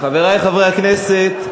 חברי חברי הכנסת,